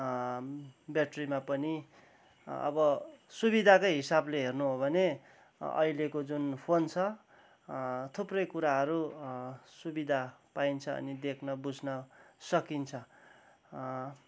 ब्याट्रीमा पनि अब सुविधाकै हिसाबले हेर्नु हो भने अहिलेको जुन फोन छ थुप्रै कुराहरू सुविधा पाइन्छ अनि देख्न बुझ्न सकिन्छ